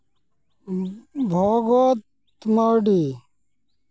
Bhagat Mardi